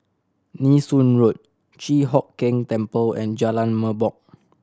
Nee Soon Road Chi Hock Keng Temple and Jalan Merbok